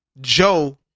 Joe